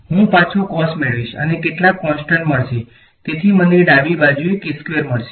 હું પાછો cos મેળવીશ અને કેટલાક કોન્સટંટ મળશે તેથી મને ડાબી બાજુએ મળશે